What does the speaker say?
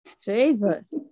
Jesus